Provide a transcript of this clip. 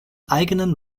eigenen